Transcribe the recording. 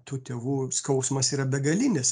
tų tėvų skausmas yra begalinis